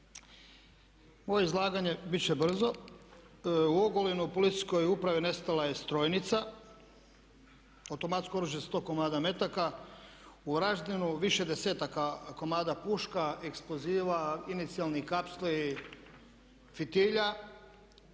moje izlaganje bit će brzo. U Ogulinu u policijskoj upravi nestala je strojnica, automatsko oružje sa 100 komada metaka, u Varaždinu više desetaka komada puška, eksploziva, inicijalnih kapsli, fitilja.